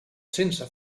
sense